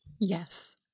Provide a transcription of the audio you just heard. Yes